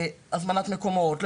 בהזמנת מקומות,